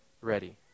ready